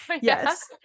yes